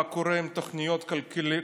מה קורה עם תוכניות כלכליות,